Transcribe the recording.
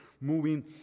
moving